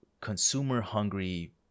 consumer-hungry